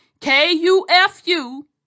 K-U-F-U